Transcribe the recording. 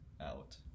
out